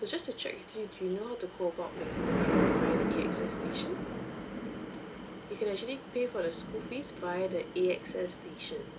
so just to check with you do you know how to go about paying via the A_X_S station you can actually pay for the school fees via the A_X_S station